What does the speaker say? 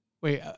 wait